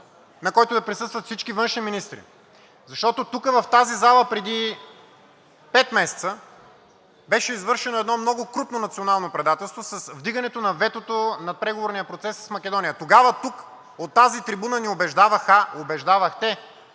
на който да присъстват всички външни министри. Защото тук, в тази зала, преди пет месеца беше извършено едно много крупно национално предателство с вдигане на ветото на преговорния процес с Македония. Тогава тук, от тази трибуна, ни убеждаваха – убеждавахте,